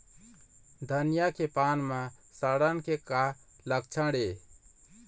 धनिया के पान म सड़न के का लक्षण ये?